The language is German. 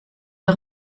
der